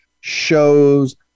shows